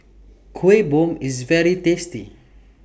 Kuih Bom IS very tasty